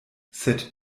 sed